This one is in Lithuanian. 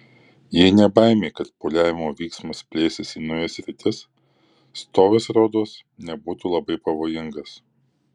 jei ne baimė kad pūliavimo vyksmas plėsis į naujas sritis stovis rodos nebūtų labai pavojingas